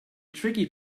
tricky